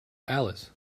alice